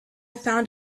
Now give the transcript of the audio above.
found